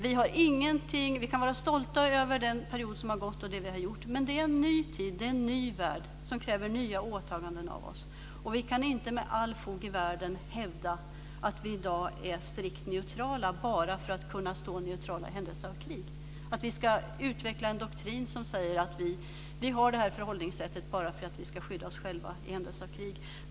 Vi kan vara stolta över den period som gått och över det vi har gjort men det är nu en ny tid, en ny värld, som kräver nya åtaganden av oss. Vi kan inte med allt fog i världen hävda att vi i dag är strikt neutrala bara för att kunna stå neutrala i händelse av krig och att vi ska utveckla en doktrin som säger att vi har det här förhållningssättet bara för att skydda oss själva i händelse av krig.